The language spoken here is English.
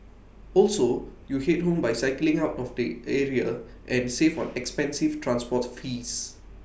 also you Head home by cycling out of the area and save on expensive transport fees